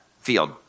field